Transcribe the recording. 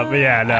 um yeah, no.